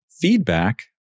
feedback